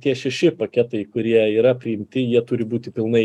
tie šeši paketai kurie yra priimti jie turi būti pilnai